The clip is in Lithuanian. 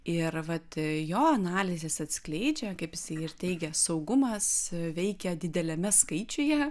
ir vat jo analizės atskleidžia kaip jisai ir teigia saugumas veikia dideliame skaičiuje